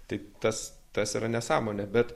tai tas tas yra nesąmonė bet